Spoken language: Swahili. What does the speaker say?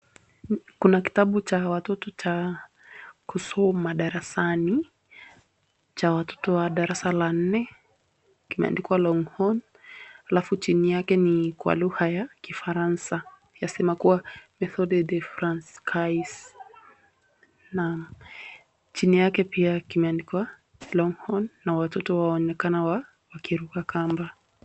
Kuna kitabu cha watoto cha kusoma darasani, cha watoto wa darasa la nne, kimeandikwa Longhorn alafu chini yake ni kwa lugha ya Kifaransa yanasema Efode Francais . Naam chini yake pia wameandikwa [cs[Longhorn na watoto wanaonekana wakiruka kamba.